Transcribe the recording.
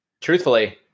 Truthfully